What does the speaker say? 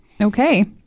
Okay